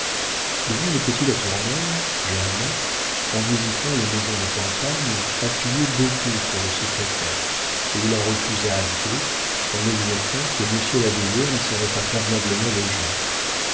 devant le petit latournelle germain en visitant les maisons de campagne appuyait beaucoup sur le secrétaire et il en refusa deux en objectant que monsieur la brière n'y serait pas convenablement logé